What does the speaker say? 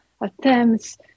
attempts